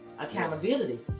Accountability